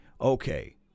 okay